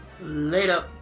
Later